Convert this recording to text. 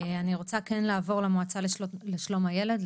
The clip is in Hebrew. אני רוצה כן לעבור למועצה לשלום הילד,